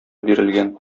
бирелгән